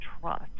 trust